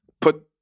put